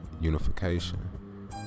unification